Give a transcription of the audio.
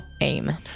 aim